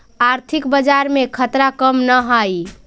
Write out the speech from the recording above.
आर्थिक बाजार में खतरा कम न हाई